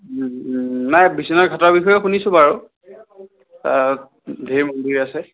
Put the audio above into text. নাই বিশ্বনাথ ঘাটৰ বিষয়েও শুনিছোঁ বাৰু ধেৰ মন্দিৰ আছে